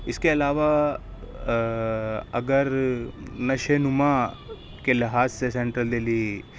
اِس کے علاوہ اگر نشے نماں کے لحاظ سے سینٹرل دہلی